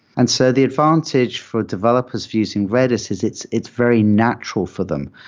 and so the advantage for developers using redis is it's it's very natural for them.